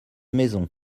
maisons